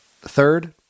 Third